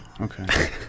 Okay